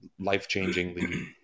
life-changingly